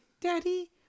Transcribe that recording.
daddy